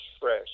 fresh